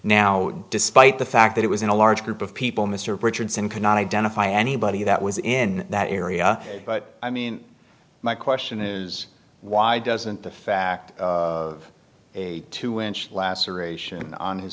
now despite the fact that it was in a large group of people mr pritchard seen cannot identify anybody that was in that area but i mean my question is why doesn't the fact of a two inch laceration on his